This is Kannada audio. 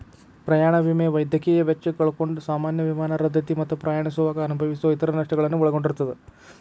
ಪ್ರಯಾಣ ವಿಮೆ ವೈದ್ಯಕೇಯ ವೆಚ್ಚ ಕಳ್ಕೊಂಡ್ ಸಾಮಾನ್ಯ ವಿಮಾನ ರದ್ದತಿ ಮತ್ತ ಪ್ರಯಾಣಿಸುವಾಗ ಅನುಭವಿಸೊ ಇತರ ನಷ್ಟಗಳನ್ನ ಒಳಗೊಂಡಿರ್ತದ